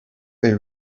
they